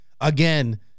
Again